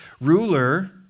ruler